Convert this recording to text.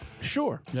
Sure